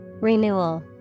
Renewal